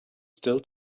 still